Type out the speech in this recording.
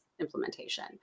implementation